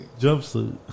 Jumpsuit